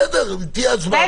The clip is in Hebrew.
בסדר, תהיה הצבעה בסוף.